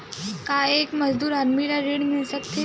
का एक मजदूर आदमी ल ऋण मिल सकथे?